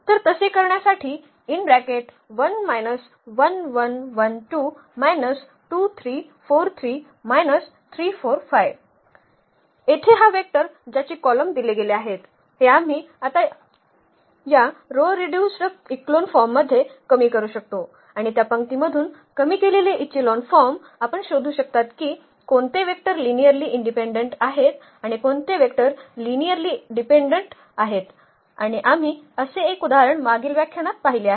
तर तसे करण्यासाठी येथे हा वेक्टर ज्याचे कॉलम दिले गेले आहेत हे आम्ही आता या रो रिड्युस्ड इक्लोन फॉर्ममध्ये कमी करू शकतो आणि त्या पंक्तीमधून कमी केलेले इचेलॉन फॉर्म आपन शोधू शकतात की कोणते वेक्टर लिनियर्ली इनडिपेंडंट आहेत आणि कोणते वेक्टर लिनियर्ली डिपेंडंट आहेत आणि आम्ही असे एक उदाहरण मागील व्याख्यानात पाहिले आहे